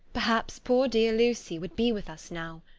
perhaps poor dear lucy would be with us now.